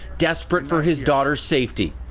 desperate for his daughter's safety.